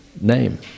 name